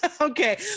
okay